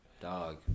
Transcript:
dog